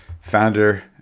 founder